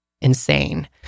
insane